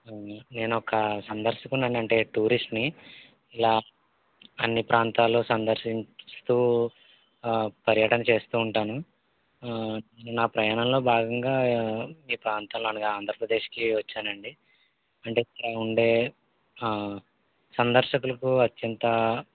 నేనొక సందర్శకుడినండి అంటే టూరిస్ట్ని ఇలా అన్ని ప్రాంతాలు సందర్శించు స్తూ పర్యటన చేస్తూ ఉంటాను నా ప్రయాణంలో భాగంగా మీ ప్రాంతంలో అనగా ఆంధ్రప్రదేశ్కి వచ్చానండి అంటే ఇక్కడ ఉండే సందర్శకులకు అత్యంత